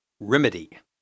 Remedy